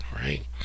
right